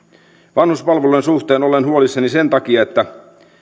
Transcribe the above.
vanhuspalvelujen suhteen olen huolissani sen takia että